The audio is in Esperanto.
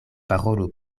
parolu